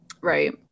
Right